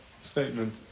statement